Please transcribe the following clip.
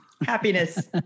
Happiness